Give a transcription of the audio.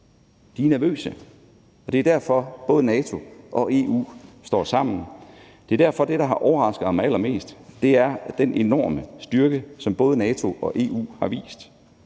De er nervøse, og det er derfor, at både NATO og EU står sammen. Det er derfor, at det, der har overrasket mig allermest, er den enorme styrke, som både NATO og EU har vist,